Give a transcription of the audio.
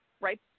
right